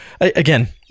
again